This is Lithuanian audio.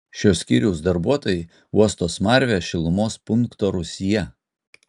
šio skyriaus darbuotojai uosto smarvę šilumos punkto rūsyje